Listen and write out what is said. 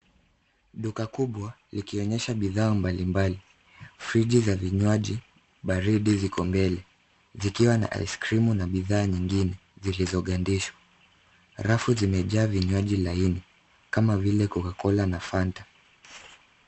Duka kubwa, likionyesha bidhaa mbalimbali. Friji za vinywaji baridi ziko mbele zikiwa na aiskrimu na bidhaa nyingine zilizogandishwa. Rafu zimejaa vinywaji laini kama vile cocacola na fanta .